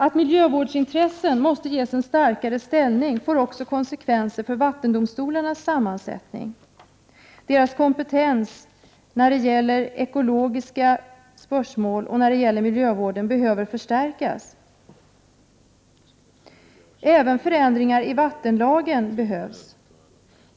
Att miljövårdsintressen måste ges en starkare ställning får konsekvenser också för vattendomstolarnas sammansättning. Deras kompetens när det gäller ekologiska spörsmål och miljövård behöver förstärkas. Även förändringar i vattenlagen behövs.